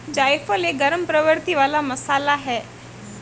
जायफल एक गरम प्रवृत्ति वाला मसाला है